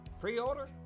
Pre-order